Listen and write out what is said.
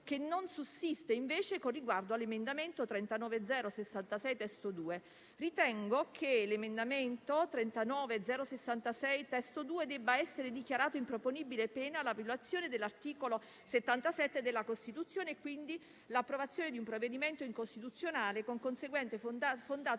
che non sussiste invece con riguardo all'emendamento 39.0.66 (testo 2), che ritengo debba essere dichiarato improponibile, pena la violazione dell'articolo 77 della Costituzione, quindi l'approvazione di un provvedimento incostituzionale, con conseguente fondato